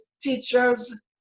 teachers